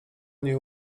nie